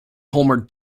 homer